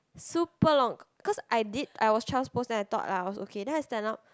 super long cause I did I was child's pose then I thought lah I was okay then I stand up